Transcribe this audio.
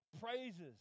praises